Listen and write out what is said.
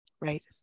Right